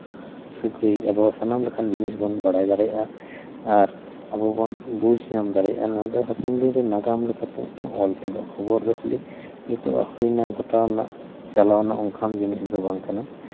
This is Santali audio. ᱥᱟᱹᱜᱟᱹᱭ ᱟᱵᱟᱨ ᱥᱟᱱᱟᱢ ᱞᱮᱠᱟᱱ ᱡᱤᱱᱤᱥ ᱵᱚᱱ ᱵᱟᱲᱟᱭ ᱫᱟᱲᱮᱭᱟᱜᱼᱟ ᱟᱨ ᱟᱵᱚ ᱵᱚᱱ ᱵᱩᱡᱽ ᱧᱟᱢ ᱫᱟᱲᱮᱭᱟᱜᱼᱟ ᱱᱚᱣᱟ ᱫᱚ ᱦᱟᱯᱮᱱ ᱫᱤᱱᱨᱮ ᱱᱟᱜᱟᱢ ᱞᱮᱠᱟᱛᱮ ᱢᱤᱫᱴᱟᱝ ᱚᱞ ᱛᱚᱞᱚᱜᱼᱟ ᱠᱷᱚᱵᱚᱨ ᱫᱚ ᱠᱷᱟᱹᱞᱤ ᱱᱤᱛᱳᱜᱟᱜ ᱦᱩᱭ ᱮᱱᱟ ᱜᱷᱚᱴᱟᱣ ᱮᱱᱟ ᱪᱟᱞᱟᱣ ᱮᱱᱟ ᱚᱱᱠᱟᱱ ᱡᱤᱱᱤᱥ ᱫᱚ ᱵᱟᱝ ᱠᱟᱱᱟ